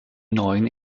neuen